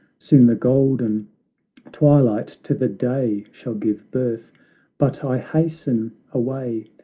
soon the golden twilight to the day shall give birth but i hasten away,